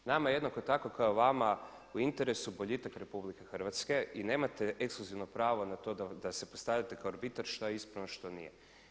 Nama je jednako tako kao i vama u interesu boljitak RH i nemate ekskluzivno pravo na to da se postavite kao arbitar šta je ispravno šta nije.